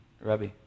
Rabbi